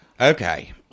Okay